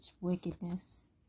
wickedness